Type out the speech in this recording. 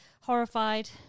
horrified